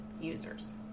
users